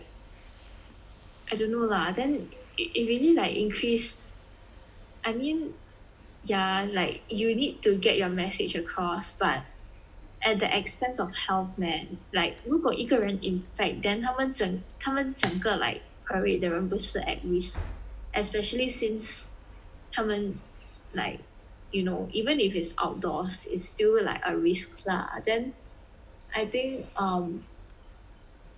I don't know lah then it really like increase I mean yeah like you need to get your message across but at the expense of health man like 如果一个人 infect then 他们整他们整个 like parade 的人不是 at risk especially since 他们 like you know even if it's outdoors it's still like a risk lah then I think um